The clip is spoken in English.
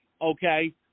okay